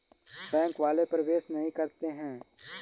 Bank वाले प्रवेश नहीं करते हैं?